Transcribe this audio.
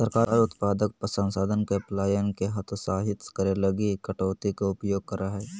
सरकार उत्पादक संसाधन के पलायन के हतोत्साहित करे लगी कटौती के उपयोग करा हइ